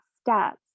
steps